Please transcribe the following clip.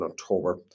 October